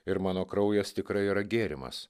ir mano kraujas tikrai yra gėrimas